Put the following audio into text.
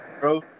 bro